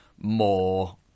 more